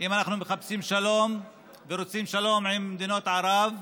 אם אנחנו מחפשים שלום ורוצים שלום עם מדינות ערב,